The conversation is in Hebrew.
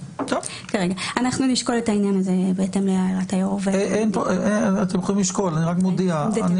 אנחנו נשקול את העניין הזה בהתאם --- אני רק מודיע שאני